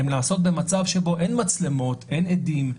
הן נעשות במצב שבו אין מצלמות, אין עדים,